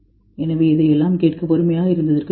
எனவே இதையெல்லாம் கேட்க பொறுமையாக இருந்ததற்கு மிக்க நன்றி